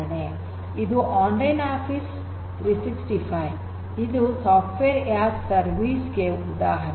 ಇದು online office ೩೬೫ ಇದು software as a service ಗೆ ಉದಾಹರಣೆ